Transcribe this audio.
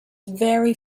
very